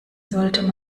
sollte